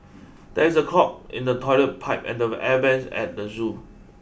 there is a clog in the toilet pipe and the air vents at the zoo